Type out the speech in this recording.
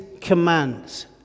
commands